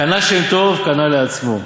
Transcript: קנה שם טוב, קנה לעצמו,